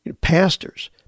pastors